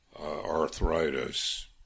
arthritis